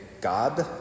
God